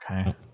okay